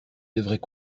devrait